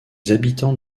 habitants